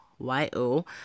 y-o